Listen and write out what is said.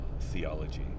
theology